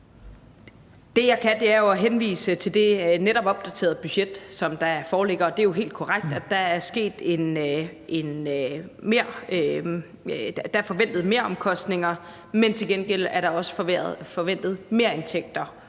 Det, jeg kan, er jo at henvise til det netop opdaterede budget, som foreligger. Og det er jo helt korrekt, at der er forventede meromkostninger, men til gengæld er der også forventede merindtægter.